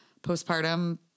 postpartum